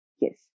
yes